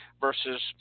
versus